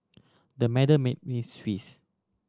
the made me